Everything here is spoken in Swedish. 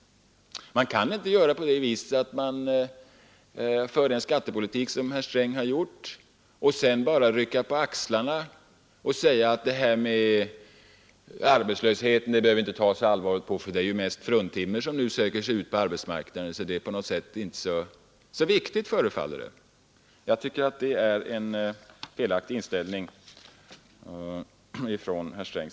Man kan inte föra en sådan skattepolitik som herr Sträng gjort och sedan bara rycka på axlarna och säga, att det här med arbetslösheten behöver vi inte ta så allvarligt på, eftersom det mest är fruntimmer som söker sig ut på arbetsmarknaden. Jag tycker att det är en felaktig inställning hos herr Sträng.